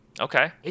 Okay